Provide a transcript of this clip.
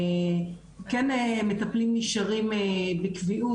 כן מטפלים נשארים בקביעות,